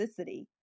toxicity